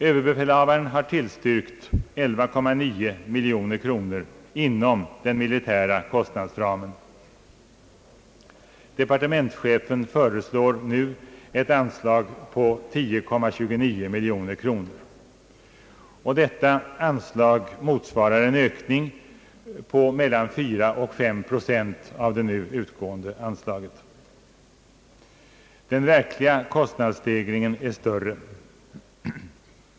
Överbefälhavaren har tillstyrkt 11,9 miljoner kronor inom den militära kostnadsramen. Departementschefen föreslår nu ett anslag på 10,29 miljoner kronor, vilket motsvarar en ökning på mellan 4 och 5 procent av det nu utgående anslaget. Den verkliga kostnadsstegringen är dock större.